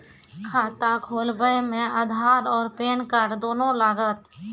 खाता खोलबे मे आधार और पेन कार्ड दोनों लागत?